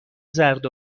زرد